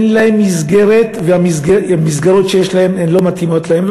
אין להם מסגרת, והמסגרות שיש להם לא מתאימות להם.